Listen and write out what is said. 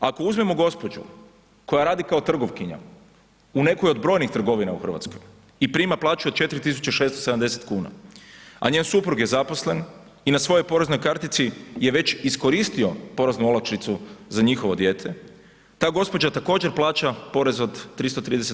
Ako uzmemo gospođu koja radi kao trgovkinja u nekoj od brojnih trgovina u Hrvatskoj i prima plaću od 4670 kn, a njen suprug je zaposlen i na svojoj poreznoj kartici je već iskoristio poreznu olakšicu za njihovo dijete, ta gospođa također plaća porez od 330